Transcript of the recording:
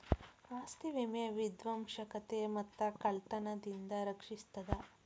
ಆಸ್ತಿ ವಿಮೆ ವಿಧ್ವಂಸಕತೆ ಮತ್ತ ಕಳ್ತನದಿಂದ ರಕ್ಷಿಸ್ತದ